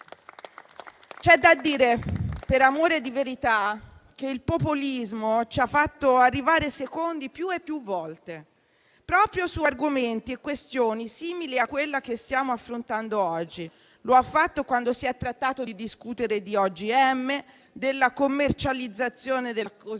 C'è da dire, per amore di verità, che il populismo ci ha fatto arrivare secondi più e più volte, proprio su argomenti e questioni simili a quella che stiamo affrontando oggi. Lo ha fatto quando si è trattato di discutere di OGM, della commercializzazione della cosiddetta